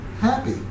happy